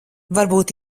varbūt